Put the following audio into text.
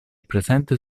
presente